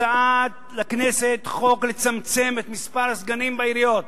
הצעת חוק לצמצום מספר הסגנים בעיריות,